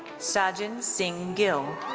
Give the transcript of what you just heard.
sajind singh gill.